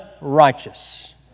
righteous